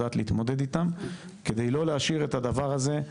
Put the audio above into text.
יודעת להתמודד איתם כדי לא להשאיר את הדבר הזה,